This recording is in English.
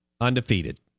undefeated